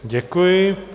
Děkuji.